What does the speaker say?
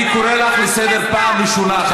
אני קורא אותך לסדר פעם ראשונה.